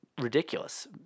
ridiculous